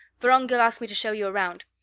vorongil asked me to show you around.